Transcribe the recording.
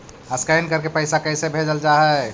Scan करके पैसा कैसे भेजल जा हइ?